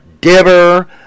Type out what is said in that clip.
Diver